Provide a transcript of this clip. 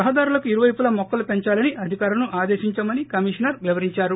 రహదారులకు ఇరువైపులా మొక్కలు పెంచాలని అధికారులను ఆదేశిందామని కమిషనర్ వివరించారు